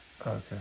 Okay